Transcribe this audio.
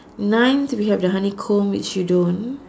ninth we have the honeycomb which you don't